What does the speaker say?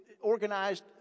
organized